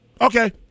Okay